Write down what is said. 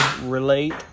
relate